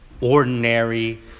ordinary